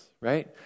right